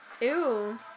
Ew